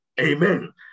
Amen